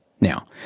Now